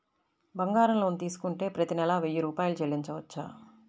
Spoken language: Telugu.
బంగారం లోన్ తీసుకుంటే ప్రతి నెల వెయ్యి రూపాయలు చెల్లించవచ్చా?